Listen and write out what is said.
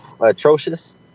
atrocious